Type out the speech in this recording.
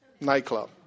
nightclub